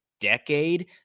decade